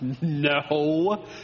No